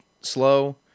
slow